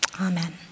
Amen